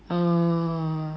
err